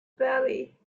valley